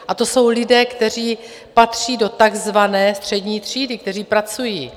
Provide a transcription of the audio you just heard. A to jsou lidé, kteří patří do takzvané střední třídy, kteří pracují.